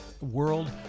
world